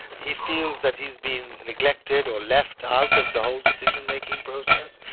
he feels that he's being neglected or left out of the whole decision making process,